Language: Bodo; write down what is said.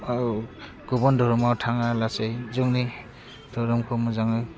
औ गुबुन धोरोमाव थाङा लासे जोंनि धोरोमखौ मोजाङै